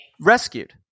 rescued